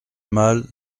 mal